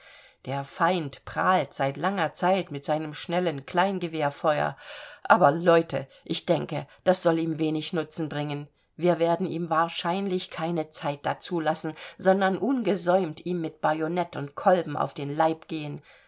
der feind prahlt seit langer zeit mit seinem schnellen kleingewehrfeuer aber leute ich denke das soll ihm wenig nutzen bringen wir werden ihm wahrscheinlich keine zeit dazu lassen sondern ungesäumt ihm mit bajonett und kolben auf den leib gehen